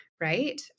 right